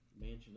Mansion